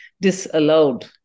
disallowed